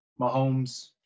Mahomes